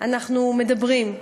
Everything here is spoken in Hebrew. אנחנו מדברים,